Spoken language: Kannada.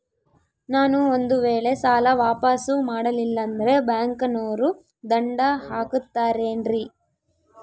ನಾನು ಒಂದು ವೇಳೆ ಸಾಲ ವಾಪಾಸ್ಸು ಮಾಡಲಿಲ್ಲಂದ್ರೆ ಬ್ಯಾಂಕನೋರು ದಂಡ ಹಾಕತ್ತಾರೇನ್ರಿ?